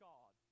God